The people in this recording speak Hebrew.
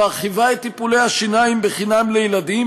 מרחיבה את טיפולי השיניים בחינם לילדים